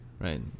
right